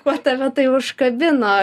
kuo tave tai užkabino